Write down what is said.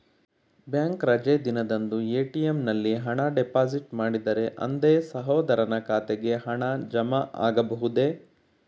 Bank ರಜೆ ದಿನದಂದು ATM ನಲ್ಲಿ ಹಣ ಡಿಪಾಸಿಟ್ ಮಾಡಿದರೆ ಅಂದೇ ಸಹೋದರನ ಖಾತೆಗೆ ಹಣ ಜಮಾ ಆಗಬಹುದೇ?